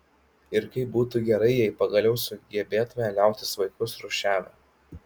ir kaip būtų gerai jei pagaliau sugebėtume liautis vaikus rūšiavę